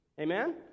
Amen